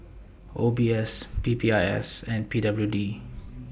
O B S P P I S and P W D